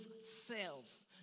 self